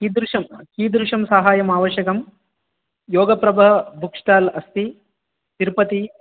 कीदृशं कीदृशं साहाय्यम् आवश्यकं योगप्रभा बुक् स्टाल् अस्ति तिरुपति